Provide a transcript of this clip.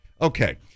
Okay